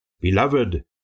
Beloved